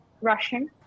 Russian